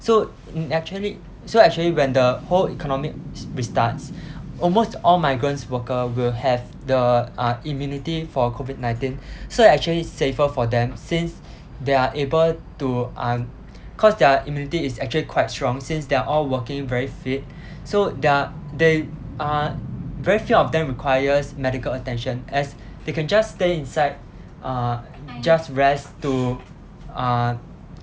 so actually so actually when the whole economy restarts almost all migrants worker will have the uh immunity for COVID nineteen so actually it's safer for them since they are able to uh cause their immunity is actually quite strong since they are all working very fit so their they are very few of them requires medical attention as they can just stay inside uh just rest to uh